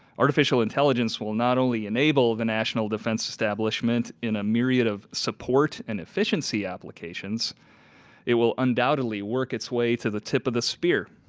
artificial intelligence will not only enable the national defense establishment in a myriad of support and efficiency applications it will undoubtedly work its way to the tip of the spear.